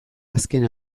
azken